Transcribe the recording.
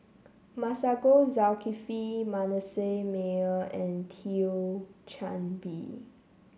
Masagos Zulkifli Manasseh Meyer and Thio Chan Bee